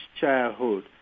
childhood